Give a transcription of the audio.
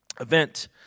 event